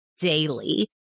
daily